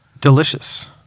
Delicious